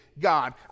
God